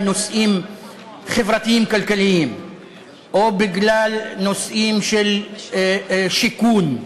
נושאים חברתיים-כלכליים או בגלל נושאים של שיכון.